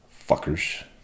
fuckers